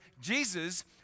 Jesus